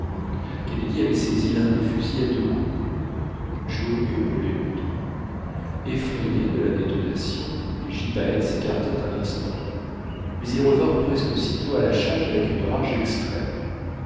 kennedy avait saisi l'un des fusils à deux coups joe épaulait l'autre effrayés de la détonation les gypaètes s'écartèrent un instant mais ils revinrent presque aussitôt à la charge avec une rage extrême